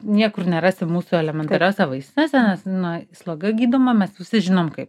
niekur nerasi mūsų elementariose vaistinėse nes na sloga gydoma mes visi žinom kaip